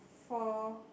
for